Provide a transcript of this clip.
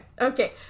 okay